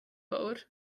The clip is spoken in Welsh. fawr